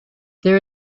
there